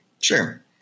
Sure